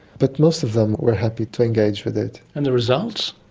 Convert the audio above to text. but most of them were happy to engage with it. and the results?